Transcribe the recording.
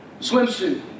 swimsuit